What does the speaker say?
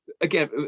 Again